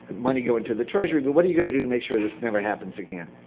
money going to the treasury, but what are you going to do to make sure this never happens again?